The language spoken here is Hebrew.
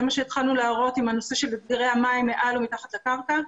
זה מה שהתחלנו להראות עם הנושא של הסדרי המים מעל ומתחת לקרקע,